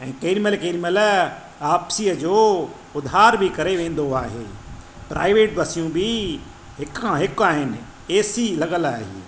ऐं केॾीमहिल केॾीमहिल वापसीअ जो उधारु बि करे वेंदो आहे प्राइवेट बसियूं बि हिकु खां हिकु आहिनि एसी लॻलि आहिनि